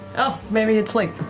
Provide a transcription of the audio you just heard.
oh, maybe it's late,